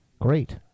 Great